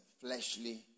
fleshly